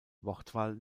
wortwahl